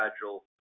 gradual